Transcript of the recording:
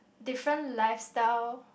different lifestyle